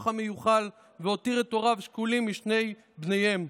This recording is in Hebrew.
המיוחל והותיר את הוריו שכולים משני בניהם.